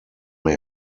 may